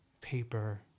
paper